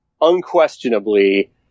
unquestionably